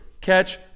Catch